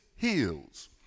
Heals